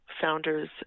founders